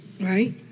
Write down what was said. right